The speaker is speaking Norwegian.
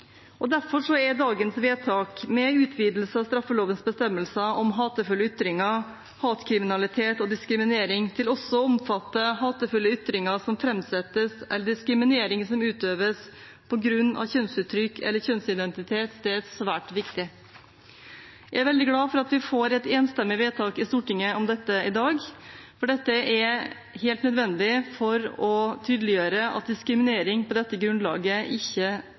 Derfor er dagens vedtak med utvidelse av straffelovens bestemmelser om hatefulle ytinger, hatkriminalitet og diskriminering til også å omfatte hatefulle ytringer som framsettes, eller diskriminering som utøves på grunn av kjønnsuttrykk eller kjønnsidentitet, svært viktig. Jeg er veldig glad for at vi får et enstemmig vedtak i Stortinget om dette i dag, for dette er helt nødvendig for å tydeliggjøre at diskriminering på dette grunnlaget ikke